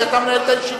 כי אתה מנהל את הישיבה.